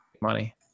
money